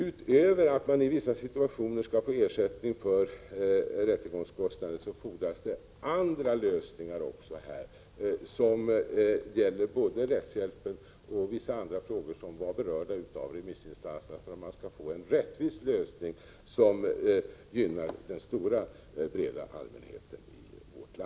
Utöver att man i vissa situationer skall få ersättning för rättegångskostnader fordras det andra lösningar också för att det skall gynna den breda allmänheten i vårt land. Det gäller både rättshjälpen och vissa andra frågor som var berörda av remissinstanserna.